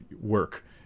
work